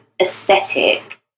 aesthetic